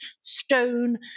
stone